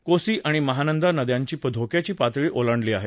कोसी आणि महानदा नद्यांनी धोक्याची पातळी ओलांडली आहे